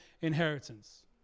inheritance